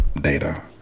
data